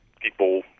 people